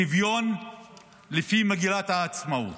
שוויון לפי מגילת העצמאות.